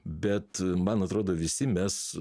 bet man atrodo visi mes